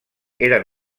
eren